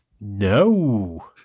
No